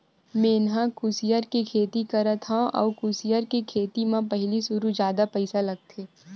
मेंहा ह कुसियार के खेती करत हँव अउ कुसियार के खेती म पहिली सुरु जादा पइसा लगथे